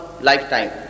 lifetime